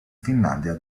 finlandia